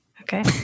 Okay